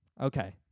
Okay